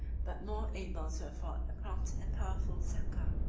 but more able to afford a prompt and powerful succor,